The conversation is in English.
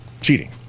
cheating